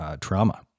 trauma